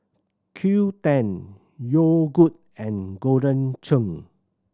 Qoo ten Yogood and Golden Churn